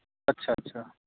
अच्छा अच्छा